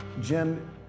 Jim